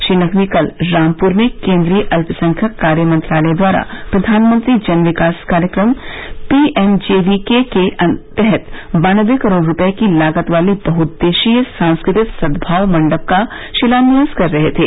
श्री नकवी कल रामपुर में केन्द्रीय अल्पसंख्यक कार्य मंत्रालय द्वारा प्रधानमंत्री जन विकास कार्यक्रम P M J V K के तहत बान्नबे करोड़ रूपये की लागत वाले बहदेश्यीय सांस्कृतिक सद्भाव मंडप का शिलान्यास कर रहे थे